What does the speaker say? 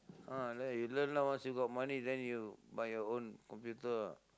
ah you learn lah once you got money then you buy your own computer ah